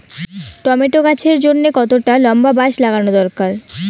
Tomato গাছের জন্যে কতটা লম্বা বাস লাগানো দরকার?